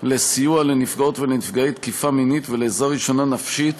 לסיוע לנפגעות ולנפגעי תקיפה מינית ולעזרה ראשונה נפשית